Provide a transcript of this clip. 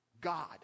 God